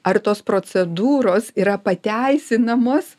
ar tos procedūros yra pateisinamos